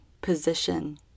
position